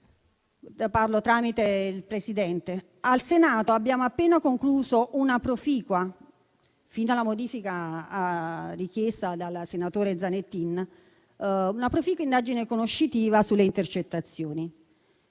Aula, tramite il Presidente del Senato - abbiamo appena concluso, fin dalla modifica richiesta dal senatore Zanettin, una proficua indagine conoscitiva sulle intercettazioni.